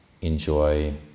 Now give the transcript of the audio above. enjoy